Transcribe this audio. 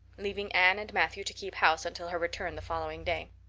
leaving anne and matthew to keep house until her return the following day.